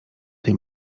tej